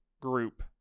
group